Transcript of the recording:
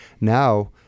Now